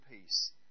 peace